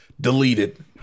deleted